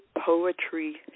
Poetry